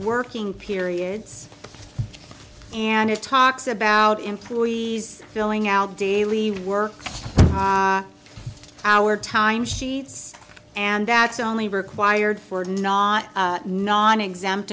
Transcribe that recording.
working periods and it talks about employees filling out daily work hour time sheets and that's only required for not nonexempt